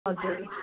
हजुर